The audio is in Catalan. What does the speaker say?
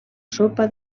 sopa